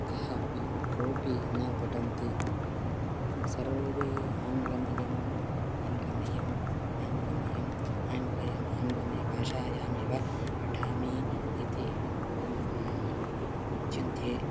कः अपि कोपि न पठति ते सर्वे आङ्ग्लमयम् आङ्ग्लमयम् आङ्ग्लमयम् आङ्ग्लमयम् आङ्ग्लमयभाषायामेव पठामि इति वन् उच्यन्ते